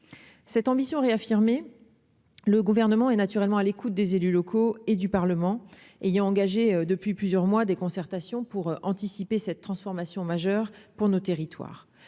cette ambition réaffirmée : le gouvernement est naturellement à l'écoute des élus locaux et du Parlement et il y a engagé depuis plusieurs mois, des concertations pour anticiper cette transformation majeure pour nos territoires